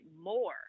more